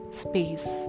space